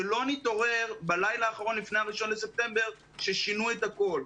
שלא נתעורר בלילה האחרון לפני ה-1 בספטמבר ונראה ששינו את הכול.